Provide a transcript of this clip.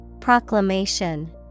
Proclamation